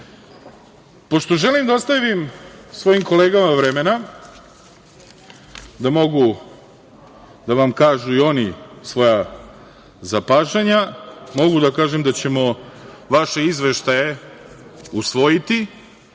želim da ostavim svojim kolegama vremena da mogu da vam kažu i oni svoja zapažanja, mogu da kažem da ćemo vaše izveštaje usvojiti,